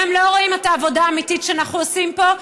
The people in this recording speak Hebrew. והם לא רואים את העבודה האמיתית שאנחנו עושים פה,